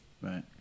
Right